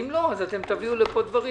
אם לא, תביאו לפה דברים